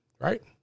right